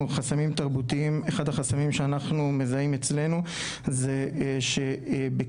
אחד החסמים שאנחנו מזהים אצלנו זה שבקרב